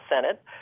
Senate